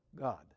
God